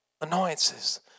annoyances